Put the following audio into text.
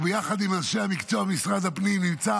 וביחד עם אנשי המקצוע של משרד הפנים נמצא